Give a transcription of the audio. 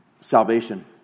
salvation